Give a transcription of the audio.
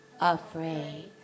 afraid